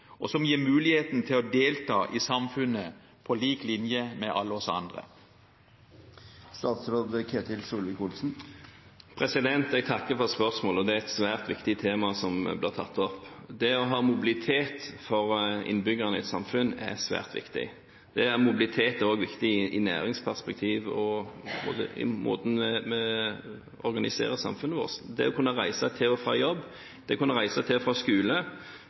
og som gir dem muligheten til å delta i samfunnet på lik linje med alle oss andre? Jeg takker for spørsmålet, og det er et svært viktig tema som blir tatt opp. Det å ha mobilitet for innbyggerne i et samfunn er svært viktig. Mobilitet er også viktig i et næringsperspektiv og i måten vi organiserer samfunnet vårt på. Det å kunne reise til og fra jobb, til og fra skole, til og fra